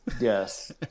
Yes